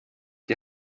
die